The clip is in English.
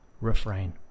refrain